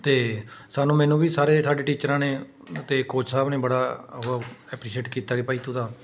ਅਤੇ ਸਾਨੂੰ ਮੈਨੂੰ ਵੀ ਸਾਰੇ ਸਾਡੇ ਟੀਚਰਾਂ ਨੇ ਅਤੇ ਕੋਚ ਸਾਹਿਬ ਨੇ ਬੜਾ ਉਹ ਐਪਰੀਸ਼ੀਏਟ ਕੀਤਾ ਕਿ ਭਾਈ ਤੂੰ ਤਾਂ